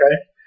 Okay